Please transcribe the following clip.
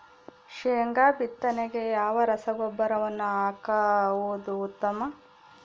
ಶೇಂಗಾ ಬಿತ್ತನೆಗೆ ಯಾವ ರಸಗೊಬ್ಬರವನ್ನು ಹಾಕುವುದು ಉತ್ತಮ?